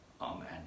Amen